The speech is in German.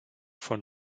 von